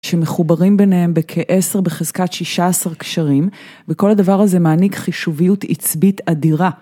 שמחוברים ביניהם בכ-עשר בחזקת שישה עשרה קשרים וכל הדבר הזה מעניק חישוביות עצבית אדירה.